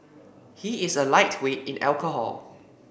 he is a lightweight in alcohol